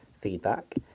feedback